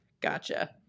Gotcha